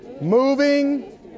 moving